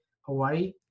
Hawaii